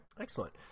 excellent